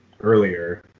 earlier